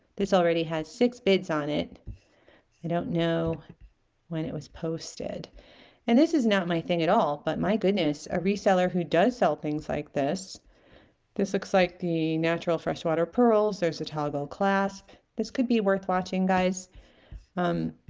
this already has six bids on it i don't know when it was posted and this is not my thing at all but my goodness a reseller who does sell things like this this looks like the natural freshwater pearls there's a toggle clasp this could be worth watching guys um